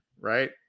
right